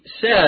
says